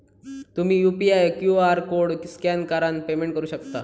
तुम्ही UPI QR code scan करान payment करू शकता